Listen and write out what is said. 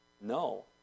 No